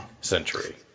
century